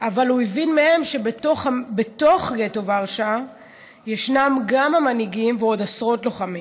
אבל הוא הבין מהר שבתוך גטו ורשה ישנם גם המנהיגים ועוד עשרות לוחמים.